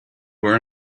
were